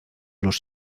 los